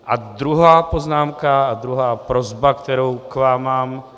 A druhá poznámka a druhá prosba, kterou k vám mám.